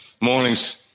Mornings